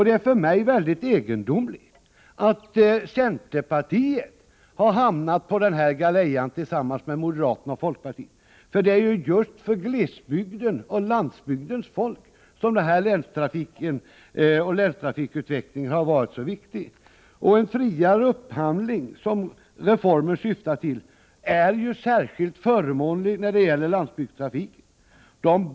Det är för mig mycket egendomligt att centerpartiet har hamnat på den här galejan tillsammans med moderaterna och folkpartiet. Det är ju just för glesbygdens och landsbygdens folk som länstrafiken och dess utveckling har varit så viktig. En friare upphandling, som reformen syftar till, är särskilt förmånlig när det gäller landsbygdstrafiken.